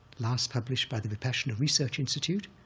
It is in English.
last published by the vipassana research institute,